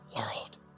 world